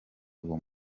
uwo